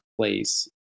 place